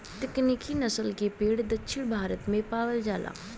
दक्कनी नसल के भेड़ दक्षिण भारत में पावल जाला